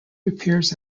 repairs